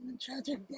tragic